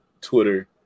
Twitter